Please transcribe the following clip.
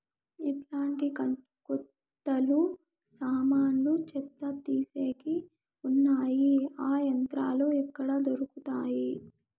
ఎట్లాంటి కోతలు సామాన్లు చెత్త తీసేకి వున్నాయి? ఆ యంత్రాలు ఎక్కడ దొరుకుతాయి?